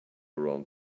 around